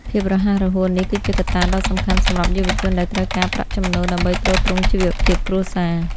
ភាពរហ័សរហួននេះគឺជាកត្តាដ៏សំខាន់សម្រាប់យុវជនដែលត្រូវការប្រាក់ចំណូល ដើម្បីទ្រទ្រង់ជីវភាពគ្រួសារ។